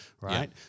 right